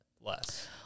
less